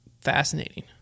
Fascinating